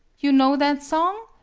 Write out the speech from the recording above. you know that song?